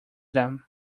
them